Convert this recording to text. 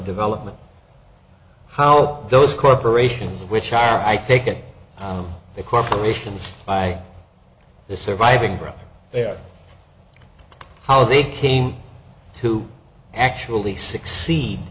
development how those corporations which are i think it the corporations by the surviving brother there how they came to actually succeed